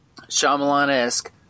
Shyamalan-esque